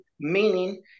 meaning